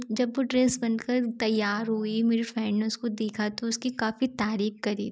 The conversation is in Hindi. जब वो ड्रेस बन कर तैयार हुई मेरी फ्रेंड ने उसको देखा तो उसकी काफ़ी तारीफ़ करी थी